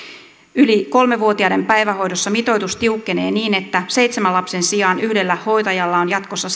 yli kolme vuotiaiden päivähoidossa mitoitus tiukkenee niin että seitsemän lapsen sijaan yhdellä hoitajalla on jatkossa